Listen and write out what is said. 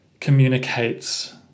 communicates